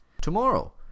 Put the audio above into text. Tomorrow